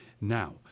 Now